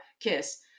KISS